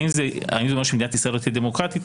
האם זה משהו שמדינת ישראל לא תהיה דמוקרטית?